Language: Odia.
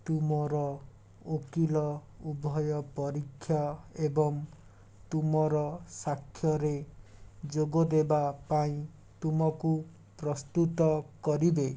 ତୁମର ଓକିଲ ଉଭୟ ପରୀକ୍ଷା ଏବଂ ତୁମର ସାକ୍ଷ୍ୟରେ ଯୋଗଦେବା ପାଇଁ ତୁମକୁ ପ୍ରସ୍ତୁତ କରିବେ